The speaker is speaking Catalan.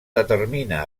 determina